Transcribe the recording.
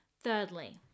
Thirdly